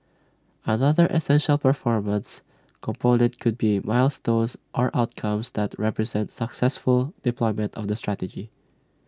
another essential performance component could be milestones or outcomes that represent successful deployment of the strategy